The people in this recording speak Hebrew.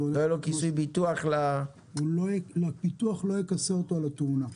הביטוח לא יכסה אותו על התאונה.